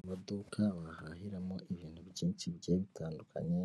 Amaduka wahahiramo ibintu byinshi bigiye bitandukanye